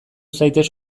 zaitez